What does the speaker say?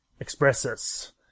expresses